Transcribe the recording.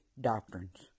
Doctrines